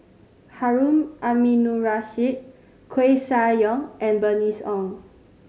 Harun Aminurrashid Koeh Sia Yong and Bernice Ong